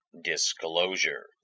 disclosure